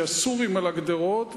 שהסורים על הגדרות,